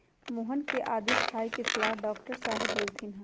मोहन के आदी खाए के सलाह डॉक्टर साहेब देलथिन ह